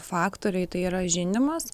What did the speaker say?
faktoriai tai yra žindimas